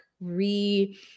re